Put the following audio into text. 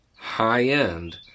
high-end